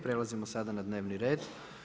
Prelazimo sada na dnevni red.